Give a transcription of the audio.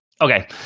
Okay